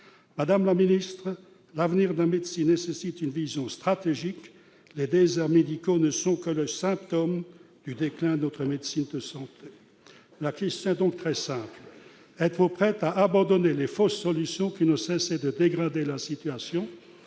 Madame la ministre, l'avenir de la médecine nécessite une vision stratégique. Les déserts médicaux ne sont que le symptôme du déclin de notre médecine de santé. Mes questions sont donc très simples. Êtes-vous prête à abandonner les fausses solutions qui n'ont cessé de dégrader la situation ?